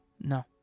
No